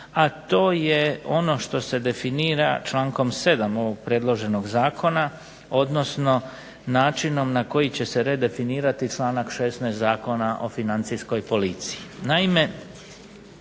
a to je ono što se definira člankom 7. ovoga predloženog zakona odnosno načinom na koji će se redefinirati članak 16. Zakona o Financijskoj policiji.